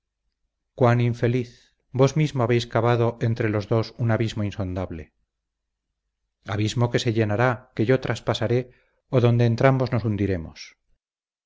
cuán infeliz vos mismo habéis cavado entre los dos un abismo insondable abismo que se llenará que yo traspasaré o donde entrambos nos hundiremos